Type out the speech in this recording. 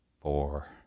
four